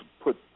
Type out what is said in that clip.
put